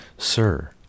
Sir